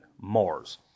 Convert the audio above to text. Mars